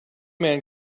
man